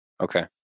Okay